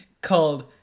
called